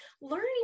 learning